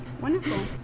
Wonderful